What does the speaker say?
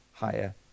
Higher